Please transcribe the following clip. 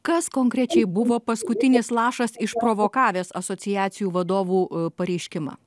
kas konkrečiai buvo paskutinis lašas išprovokavęs asociacijų vadovų pareiškimą